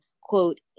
quote